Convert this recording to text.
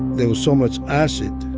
there was so much acid